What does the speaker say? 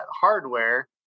hardware